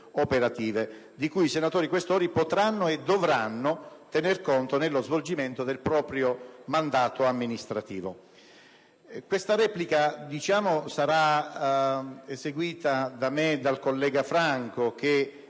di cui i senatori Questori potranno e dovranno tener conto nello svolgimento del proprio mandato amministrativo. Questa replica sarà svolta da me e dal collega Franco Paolo,